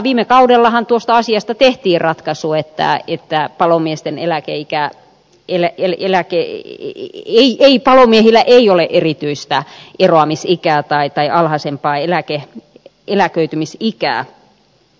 viime kaudellahan tuosta asiasta tehtiin ratkaisuetää kiittää palomiesten eläkeikää eläkkeelle ratkaisu että palomiehillä ei ole erityistä eroamisikää tai alhaisempaa eläköitymisikää